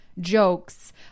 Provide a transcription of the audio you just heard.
jokes